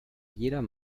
jeder